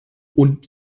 und